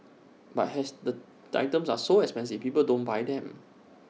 but as the items are so expensive people don't buy them